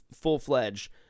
full-fledged